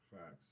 Facts